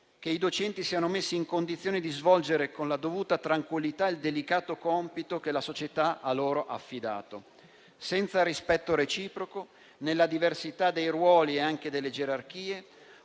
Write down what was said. che i docenti siano messi in condizioni di svolgere con la dovuta tranquillità il delicato compito che la società ha loro affidato. Senza rispetto reciproco, nella diversità dei ruoli e anche delle gerarchie